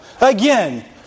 Again